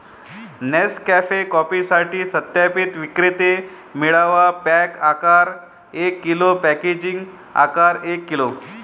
Nescafe कॉफीसाठी सत्यापित विक्रेते मिळवा, पॅक आकार एक किलो, पॅकेजिंग आकार एक किलो